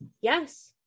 Yes